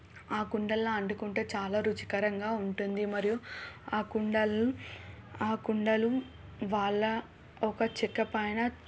ఆ కుండల్లో వండుకుంటే చాలా రుచికరంగా ఉంటుంది మరియు ఆ కుండలు ఆ కుండలు వాళ్ళ ఒక చెక్క పైన